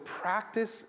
practice